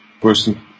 person